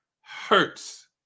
hurts